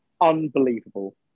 unbelievable